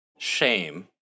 Shame